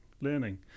learning